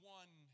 one